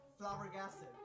Flabbergasted